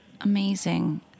Amazing